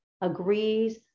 agrees